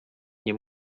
nie